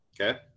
Okay